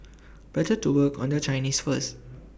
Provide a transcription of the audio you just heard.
better to work on their Chinese first